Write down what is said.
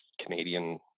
Canadian